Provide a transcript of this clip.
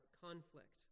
conflict